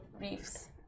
reefs